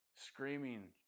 Screaming